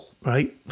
right